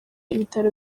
ibitaro